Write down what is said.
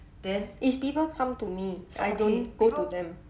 it's people come to me so I don't go to them